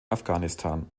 afghanistan